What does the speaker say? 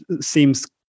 seems